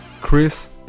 Chris